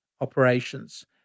operations